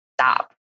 stop